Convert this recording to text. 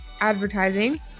advertising